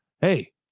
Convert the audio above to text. hey